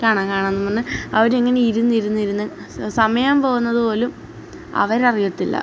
കാണാം കാണാമെന്നു പറഞ്ഞ് അവരിങ്ങനെ ഇരുന്ന് ഇരുന്ന് ഇരുന്ന് സമയംപോകുന്നതുപോലും അവരറിയത്തില്ല